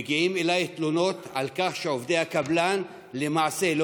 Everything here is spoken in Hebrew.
מגיעות אליי תלונות על כך שעובדי הקבלן למעשה לא